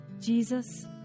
Jesus